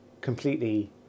completely